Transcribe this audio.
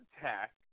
tech